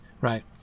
right